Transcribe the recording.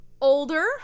older